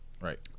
Right